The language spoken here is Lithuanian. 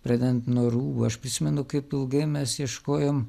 pradedant nuo rūbų aš prisimenu kaip ilgai mes ieškojom